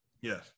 Yes